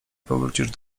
powrócisz